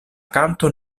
kanto